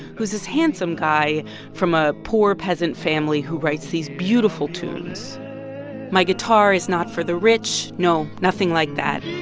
who's this handsome guy from a poor peasant family who writes these beautiful tunes my guitar is not for the rich no, nothing like that.